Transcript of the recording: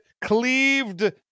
Cleaved